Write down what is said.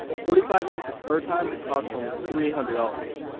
forty-five minutes of her time can cost almost three hundred dollars.